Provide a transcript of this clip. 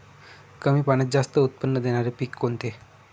कमी पाण्यात जास्त उत्त्पन्न देणारे पीक कोणते?